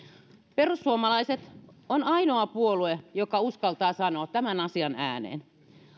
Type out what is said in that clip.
perussuomalaiset on ainoa puolue joka uskaltaa sanoa tämän asian ääneen